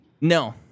No